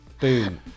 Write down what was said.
Boom